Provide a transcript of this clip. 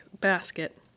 basket